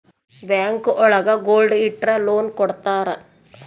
bank ಒಳಗ gold ಇಟ್ರ loan ಕೊಡ್ತಾರ